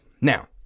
Now